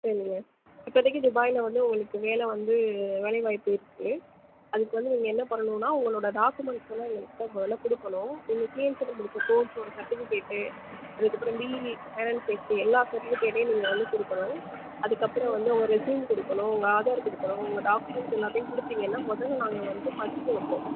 சரிங்க இப்போதிக்கு துபாயில் வந்து உங்களுக்கு வேலை வந்து வேலைவாய்ப்பு இருக்குது அதுக்கு வந்து நீங்கள் என்ன பண்ணணும்ன்னா உங்களோட டாக்குமெண்ட்ஸெல்லாம் எங்கள் கிட்டே முதல்ல கொடுக்கணும் நீங்கள் சிஎன்சி முடிச்ச கோர்ஸோட சர்ட்டிவிகேட்டு அதுக்கப்புறம் பிஇ ஃபயர் அண்ட் சேஃப்டி எல்லா சர்ட்டிவிகேட்டையும் நீங்கள் வந்து கொடுக்கணும் அதுக்கப்புறம் வந்து உங்க ரெஸ்யூம் கொடுக்கணும் உங்கள் ஆதார் கொடுக்கணும் உங்கள் டாக்குமெண்ட் எல்லாத்தையும் கொடுத்திங்கன்னா முதல்ல நாங்கள் வந்து பதிஞ்சு வைப்போம்